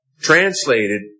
translated